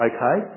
Okay